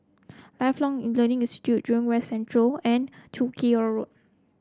Lifelong in Learning Institute Jurong West Central and Chiku Road